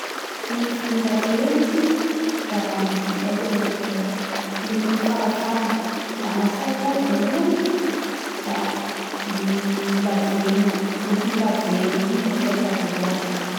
Ny volondaveny da midika ho ho lokony fahafaha da gnatsaiko ao voalohany da ny lavenina lokony lavenina igny gnatsaiko ao voalohany